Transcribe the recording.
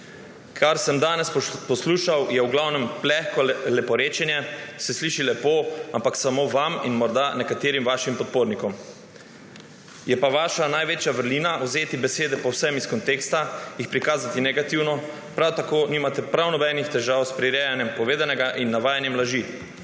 Kar sem danes poslušal, je v glavnem plehko leporečenje, se sliši lepo, ampak samo vam in morda nekaterim vašim podpornikom. Je pa vaša največja vrlina vzeti besede povsem iz konteksta, jih prikazati negativno, prav tako nimate prav nobenih težav s prirejanjem povedanega in navajanjem laži.